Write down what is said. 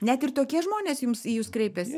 net ir tokie žmonės jums į jus kreipiasi